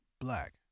Black